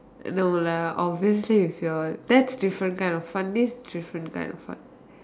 no lah obviously with your that's different kind of fun this different kind of fun